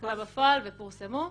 וקבע בפועל ופורסמו,